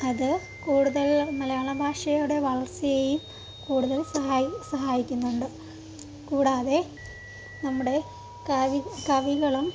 അത് കൂടുതൽ മലയാള ഭാഷയുടെ വളർച്ചയെയും കൂടുതൽ സഹായിക്കും സഹായിക്കുന്നുണ്ട് കൂടാതെ നമ്മുടെ കവി കവികളും